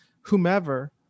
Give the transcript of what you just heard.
whomever